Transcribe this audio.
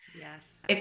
Yes